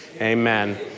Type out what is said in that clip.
amen